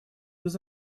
без